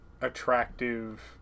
attractive